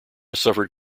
suffered